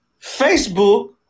Facebook